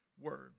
word